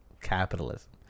Capitalism